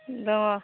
दङ